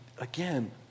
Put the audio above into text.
again